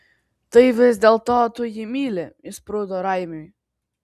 tai vis dėlto tu jį myli išsprūdo raimiui